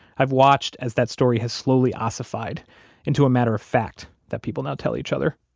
i've watched as that story has slowly ossified into a matter of fact that people now tell each other.